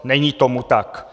Není tomu tak.